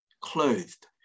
clothed